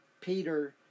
Peter